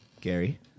Gary